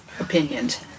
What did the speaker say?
opinions